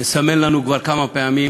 מסמן לנו כבר כמה פעמים: אם